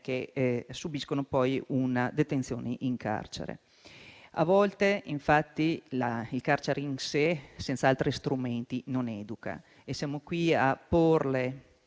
che subiscono una detenzione in carcere. A volte, infatti, il carcere da solo, senza altri strumenti, non educa. Signor Ministro,